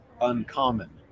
uncommon